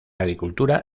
agricultura